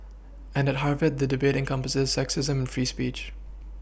and at Harvard that debating encompasses sexism and free speech